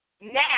now